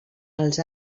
els